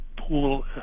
pool